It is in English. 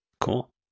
Cool